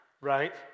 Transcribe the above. right